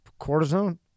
Cortisone